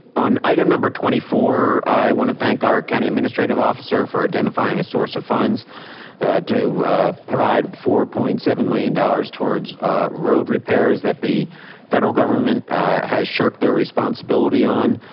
on item number twenty four, i wanna thank our county administrative officer for identifying a source of funds to provide four point seven million dollars towards road repairs that the federal government has shirked their responsibility on.